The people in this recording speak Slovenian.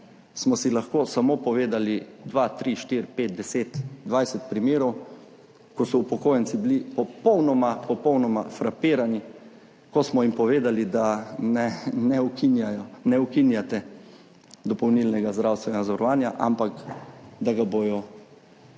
smo si lahko samo povedali 2, 3, 4, 5, 10, 20 primerov, ko so bili upokojenci popolnoma, popolnoma frapirani, ko smo jim povedali, da ne ukinjate dopolnilnega zdravstvenega zavarovanja, ampak da da jim ga